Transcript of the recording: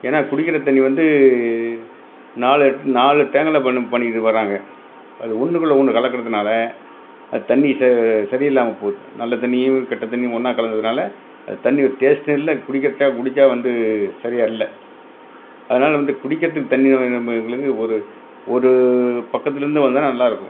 ஏன்னா குடிக்கிற தண்ணி வந்து நாலு நாலு டேங்கில் பண்ண பண்ணிகிட்டு வராங்க அது ஒன்றுக்குள்ள ஒன்று கலக்கிறதுனால அது தண்ணி ச சரியில்லாமல் போது நல்ல தண்ணியும் கெட்டத் தண்ணியும் ஒன்னாக கலந்ததுனால அது தண்ணி ஒரு டேஸ்ட்டும் இல்லை குடிக்கிறச்ச குடிச்சால் வந்து சரியாக இல்லை அதனால் வந்து குடிக்கறத்துக்கு தண்ணி இல்லங்கிற போது ஒரு ஒரு பக்கத்துலருந்து வந்தால் நல்லா இருக்கும்